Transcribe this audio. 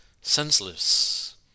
Senseless